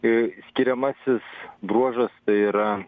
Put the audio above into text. ir skiriamasis bruožas tai yra